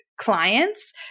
clients